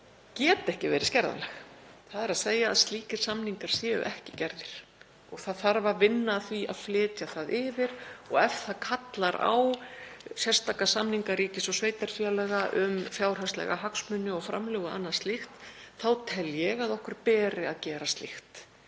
geti ekki verið skerðanleg, þ.e. að slíkir samningar séu ekki gerðir og það þarf að vinna að því að flytja það yfir. Og ef það kallar á sérstakra samninga ríkis og sveitarfélaga um fjárhagslega hagsmuni og framlög og annað slíkt þá tel ég að okkur beri að gera slíkt